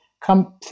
come